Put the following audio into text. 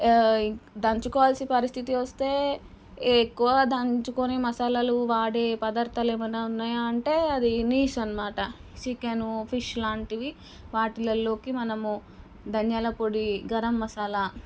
దంచుకోవాల్సి పరిస్థితి వస్తే ఎక్కువ దంచుకొని మసాలాలు వాడే పదార్థాలు ఏమైనా ఉన్నాయా అంటే అది నీచు అన్నమాట చికెను ఫిష్ లాంటిది వాటిల్లోకి మనము ధనియాల పొడి గరం మసాలా